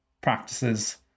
practices